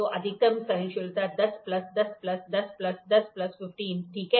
तो अधिकतम सहिष्णुता 10 प्लस 10 प्लस 10 प्लस 10 प्लस 15 ठीक है